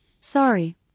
Sorry